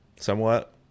somewhat